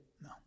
No